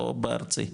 או בארצי?